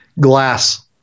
glass